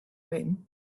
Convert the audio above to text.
moon